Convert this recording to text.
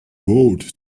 bowed